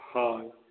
ହଁ